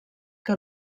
que